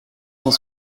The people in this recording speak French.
cent